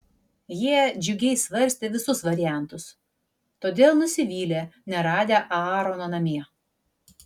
jie džiugiai svarstė visus variantus todėl nusivylė neradę aarono namie